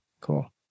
Cool